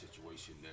situation